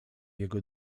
jego